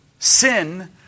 Sin